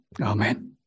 Amen